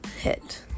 hit